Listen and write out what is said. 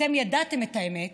אתם ידעתם את האמת,